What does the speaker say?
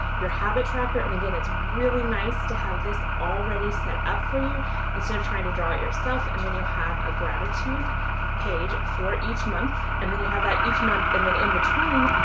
your habit tracker. and again, it's really nice to have this already set up for you instead of trying to draw it yourself and then you'll have a gratitude page for each month and then you'll have that each month. and then in between,